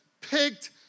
picked